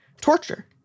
Torture